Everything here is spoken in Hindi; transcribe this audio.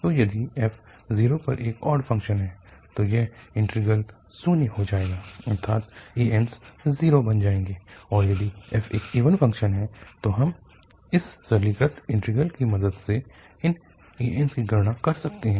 तो यदि f 0 पर एक ऑड फ़ंक्शन है तो यह इंटीग्रल शून्य हो जाएगा अर्थात ans 0 बन जाएगा और यदि f एक इवन फ़ंक्शन है तो हम इस सरलीकृत इंटीग्रल की मदद से इन ans की गणना कर सकते है